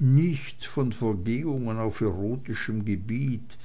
nichts von vergehungen auf erotischem gebiet